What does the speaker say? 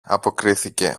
αποκρίθηκε